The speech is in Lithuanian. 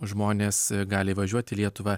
žmonės gali įvažiuoti į lietuvą